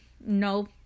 No